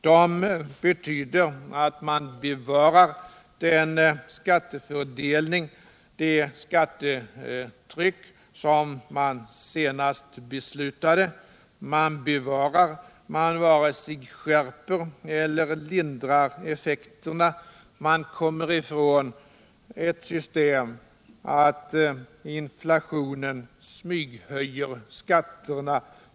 De betyder att man bevarar den skattefördelning och det skattetryck som man senast beslutat, utan att vare sig skärpa eller lindra effekterna. Man kommer ifrån ett system där inflationen smyghöjer skatterna.